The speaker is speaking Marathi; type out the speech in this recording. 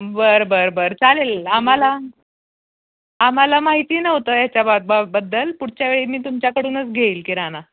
बरं बरं बरं चालेल आम्हाला आम्हाला माहिती नव्हतं याच्याबद्दल पुढच्या वेळी मी तुमच्याकडूनच घेईल किराणा